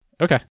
Okay